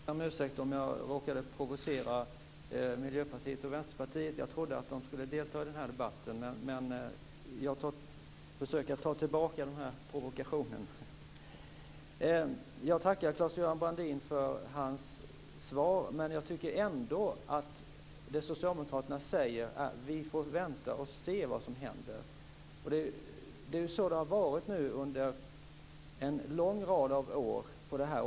Herr talman! Först ber jag om ursäkt om jag råkade provocera Miljöpartiet och Vänsterpartiet. Jag trodde att de skulle delta i denna del av debatten. Jag försöker att ta tillbaka provokationen. Jag tackar Claes-Göran Brandin för hans svar, men Socialdemokraterna säger ändå att vi skall vänta och se vad som händer. Det är så det har varit under en lång rad år på området.